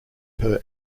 per